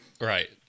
Right